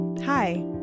Hi